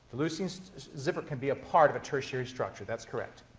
leucine zipper can be a part of a tertiary structure, that's correct.